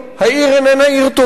העיר איננה עיר טובה.